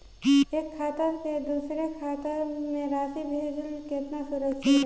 एक खाता से दूसर खाता में राशि भेजल केतना सुरक्षित रहेला?